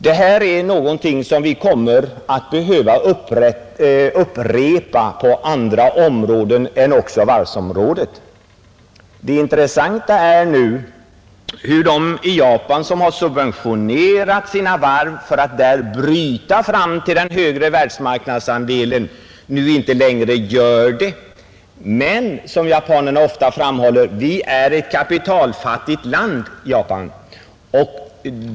Denna problematik är någonting som vi kommer att behöva uppleva också på andra områden än varvsområdet. Japanerna framhåller så ofta, att Japan är ett kapitalfattigt land.